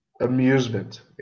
amusement